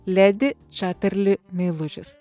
ledi čaterli meilužis